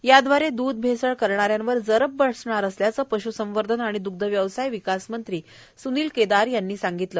यादवारे दूध भेसळ करण्याऱ्यांवर जरब बसणार असल्याचेए पश् संवर्धन आणिद्ग्ध व्यवसाय विकास मंत्री स्निल केदार यांनी सांगितलं